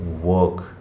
work